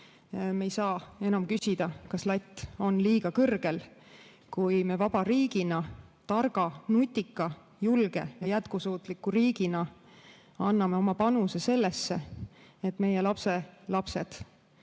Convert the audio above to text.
ei saa me enam küsida, kas latt on liiga kõrgel, kui me vaba riigina, targa, nutika, julge ja jätkusuutliku riigina anname oma panuse sellesse, et ka meie lapselapsed